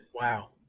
Wow